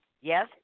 Yes